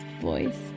voice